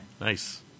Nice